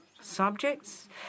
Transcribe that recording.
subjects